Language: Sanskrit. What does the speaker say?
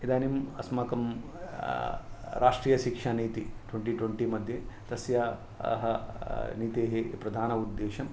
इदानीम् अस्माकं राष्ट्रीयशिक्षानीति ट्वेण्टि ट्वेण्टि मध्ये तस्याः नीतेः प्रधानमुद्देश्यम्